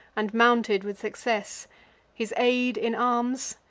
and mounted with success his aid in arms,